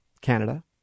Canada